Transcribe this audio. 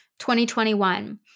2021